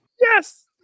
Yes